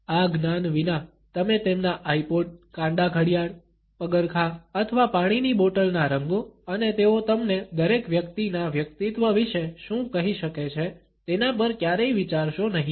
આ જ્ઞાન વિના તમે તેમના આઇપોડ કાંડા ઘડિયાળ પગરખાં અથવા પાણીની બોટલના રંગો અને તેઓ તમને દરેક વ્યક્તિના વ્યક્તિત્વ વિશે શું કહી શકે છે તેના પર ક્યારેય વિચારશો નહીં